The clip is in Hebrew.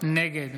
נגד